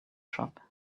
shop